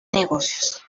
negocios